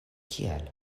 kial